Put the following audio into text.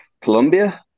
Colombia